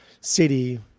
city